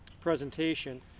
presentation